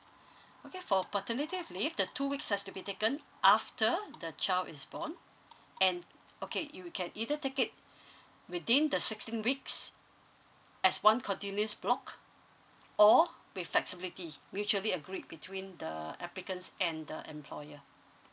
okay for paternity leave the two weeks has to be taken after the child is born and okay you can either take it within the sixteen weeks as one continuous block or with flexibility mutually agreed between the applicants and the employer